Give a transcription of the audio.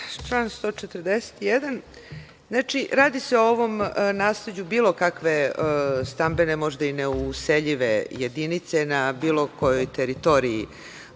141, radi se o ovom nasleđu bilo kakve stambene, možda i neuseljive jedinice, na bilo kojoj teritoriji